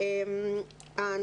ייכנסו.